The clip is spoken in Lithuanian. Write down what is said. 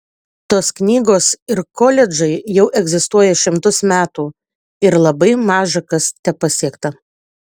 tos knygos ir koledžai jau egzistuoja šimtus metų ir labai maža kas tepasiekta